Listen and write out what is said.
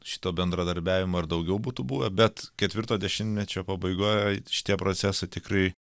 šito bendradarbiavimo ir daugiau būtų buvę bet ketvirto dešimtmečio pabaigoje šitie procesai tikrai